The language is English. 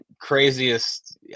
craziest